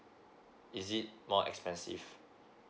is it more expensive